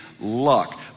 luck